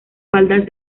faldas